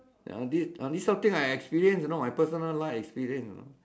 uh this uh this sort of thing I experience you know my personal life experience know